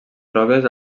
proves